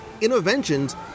Interventions